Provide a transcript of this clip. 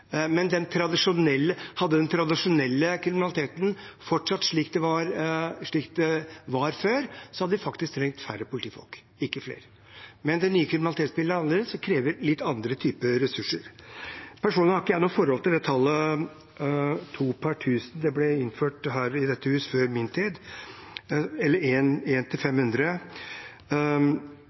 ikke flere. Men det nye kriminalitetsbildet er annerledes og krever litt andre typer ressurser. Personlig har jeg ikke noe forhold til tallet to per 1 000 – det ble innført i dette hus før min tid – eller én per 500. Det høres mye ut. Fastlegene våre er jo én per 1 500.